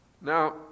Now